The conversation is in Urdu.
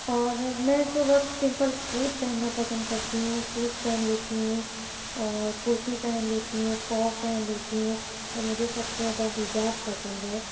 اور میں تو بس سیمپل سوٹ پہننا پسند کرتی ہوں سوٹ پہن لیتی ہوں اور کرتی پہن لیتی ہوں فراک پہن لیتی ہوں اور مجھے سب سے زیادہ حجاب پسند ہے